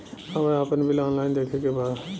हमे आपन bill online देखे के बा?